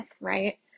right